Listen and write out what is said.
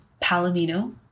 Palomino